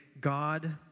God